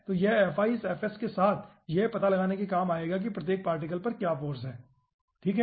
तो यह इस के साथ यह पता लगाने के लिए काम आएगा कि प्रत्येक पार्टिकल पर क्या फाॅर्स है ठीक है